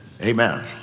amen